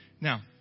Now